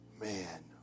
Man